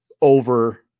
over